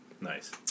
Nice